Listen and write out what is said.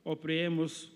o priėmus